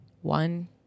One